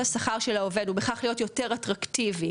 השכר של העובד ובכך להיות יותר אטרקטיביים,